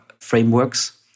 frameworks